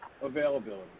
Availability